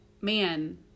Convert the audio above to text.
man